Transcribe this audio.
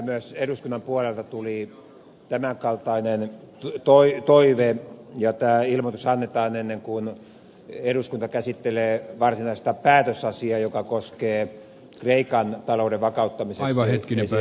myös eduskunnan puolelta tuli tämän kaltainen toive ja tämä ilmoitus annetaan ennen kuin eduskunta käsittelee varsinaista päätösasiaa joka koskee kreikan talouden vakauttamisesta esitettyä lainapakettia